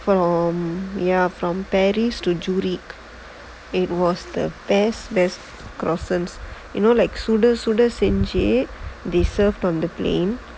ya from paris to jury it was the best best croissant you know like sudhir sudhir st jade they served on the plane